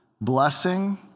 blessing